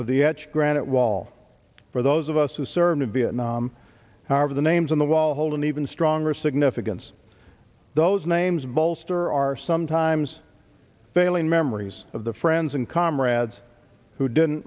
of the etched granite wall for those of us who served in vietnam however the names on the wall hold an even stronger significance those names bolster our sometimes failing memories of the friends and comrades who didn't